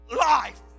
life